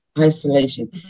Isolation